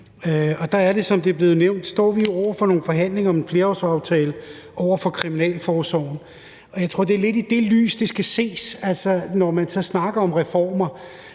og der er det, som det er blevet nævnt, at vi jo står over for nogle forhandlinger om en flerårsaftale om kriminalforsorgen. Og jeg tror, at det lidt er i det lys, det skal ses, når man snakker om reformer,